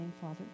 Father